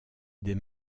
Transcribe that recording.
des